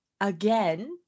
again